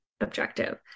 objective